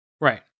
Right